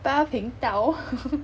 八频道